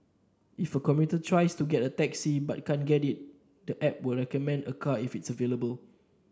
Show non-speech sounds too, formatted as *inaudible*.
if a commuter tries *unintelligible* a taxi but can't get it the app will recommend a car if it's available